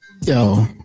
Yo